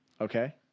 Okay